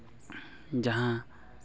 ᱡᱟᱦᱟᱸ